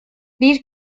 bir